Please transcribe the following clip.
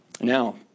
Now